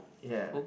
ya